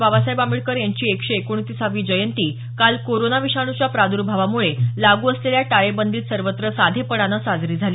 बाबासाहेब आंबेडकर यांची एकशे एकोणतीसावी जयंती काल कोरोना विषाणूच्या प्रादूर्भावामुळे लागू टाळेबंदीत सर्वत्र साधेपणानं साजरी झाली